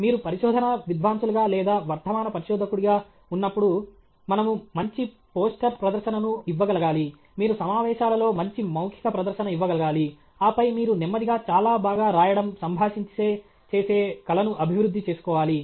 మీరు పరిశోధనా విద్వాంసులుగా లేదా వర్ధమాన పరిశోధకుడిగా ఉన్నప్పుడు మనము మంచి పోస్టర్ ప్రదర్శన ను ఇవ్వగలగాలి మీరు సమావేశాలలో మంచి మౌఖిక ప్రదర్శన ఇవ్వగలగాలి ఆపై మీరు నెమ్మదిగా చాలా బాగా రాయడం సంభాషించే చేసే కళను అభివృద్ధి చేసుకోవాలి